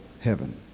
heaven